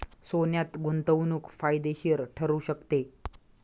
सोन्यात गुंतवणूक फायदेशीर ठरू शकते